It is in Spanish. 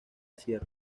sierra